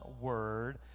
word